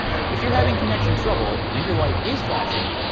if you're having connection trouble, and your light is flashing,